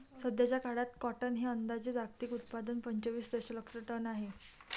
सध्याचा काळात कॉटन हे अंदाजे जागतिक उत्पादन पंचवीस दशलक्ष टन आहे